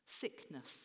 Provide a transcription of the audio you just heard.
Sickness